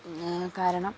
കാരണം